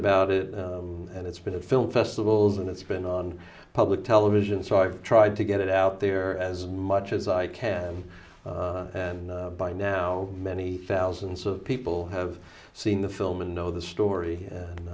about it and it's been a film festivals and it's been on public television so i've tried to get it out there as much as i can and by now many thousands of people have seen the film and know the